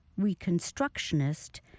Reconstructionist